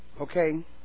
Okay